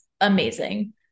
amazing